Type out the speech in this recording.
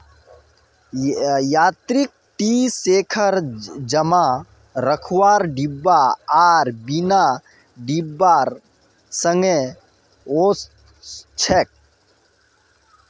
यांत्रिक tree shaker जमा रखवार डिब्बा आर बिना डिब्बार संगे ओसछेक